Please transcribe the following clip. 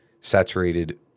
saturated